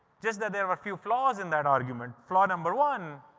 just that there were few flaws in that argument. flaw number one,